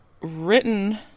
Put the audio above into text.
written